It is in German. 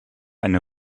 eine